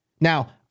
Now